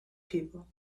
people